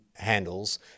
Handles